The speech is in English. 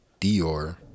Dior